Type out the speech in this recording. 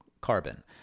carbon